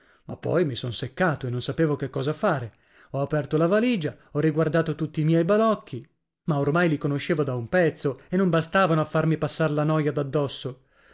ma poi mi son seccato e non sapevo che cosa fare ho aperto la valigia ho riguardato tutti i miei balocchi ma ormai li conoscevo da un pezzo e non bastavano a farmi passar la noia da dosso